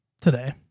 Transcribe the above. today